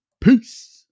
Peace